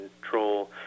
control